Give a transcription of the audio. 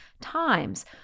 times